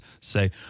say